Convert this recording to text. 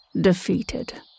defeated